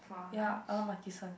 ya I want Maki-San